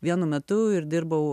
vienu metu ir dirbau